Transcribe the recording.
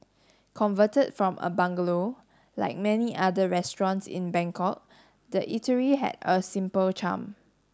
converted from a bungalow like many other restaurants in Bangkok the eatery had a simple charm